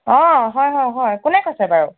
অঁ হয় হয় হয় কোনে কৈছে বাৰু